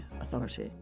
authority